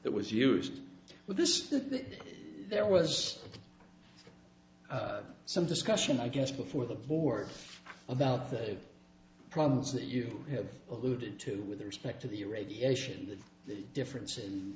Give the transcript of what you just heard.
that was used with this there was some discussion i guess before the board about the problems that you have alluded to with respect to the radiation differences in